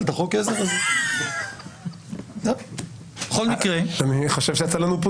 בחוק שבאה ואומרת שבכל מה שהוא קורא המרחב הבירוקרטי,